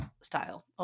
style